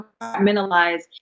compartmentalize